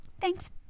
Thanks